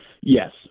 Yes